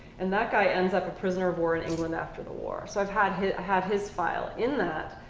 and that guy ends up a prisoner of war in england after the war. so i've had his had his file. in that,